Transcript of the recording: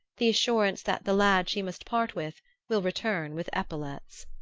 the assurance that the lad she must part with will return with epaulets.